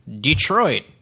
Detroit